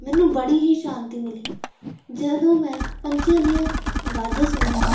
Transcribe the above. ਮੈਨੂੰ ਬੜੀ ਹੀ ਸ਼ਾਂਤੀ ਮਿਲੀ ਜਦੋਂ ਮੈਂ ਪੰਛੀਆਂ ਦੀਆਂ ਆਵਾਜ਼ਾਂ ਸੁਣੀਆਂ